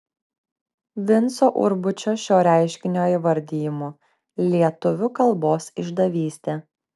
vinco urbučio šio reiškinio įvardijimu lietuvių kalbos išdavystė